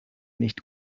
nicht